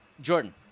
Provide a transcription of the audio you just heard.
Jordan